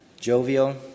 jovial